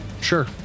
sure